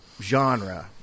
genre